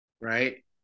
right